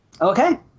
Okay